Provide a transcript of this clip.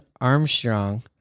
Armstrong